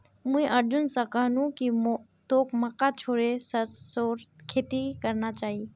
मुई अर्जुन स कहनु कि तोक मक्का छोड़े सरसोर खेती करना चाइ